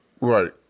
Right